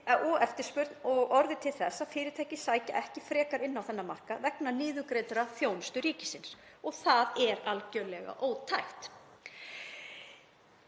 og eftirspurn og orðið til þess að fyrirtæki sækja ekki frekar inn á þennan markað vegna niðurgreiddrar þjónustu ríkisins og það er algerlega ótækt.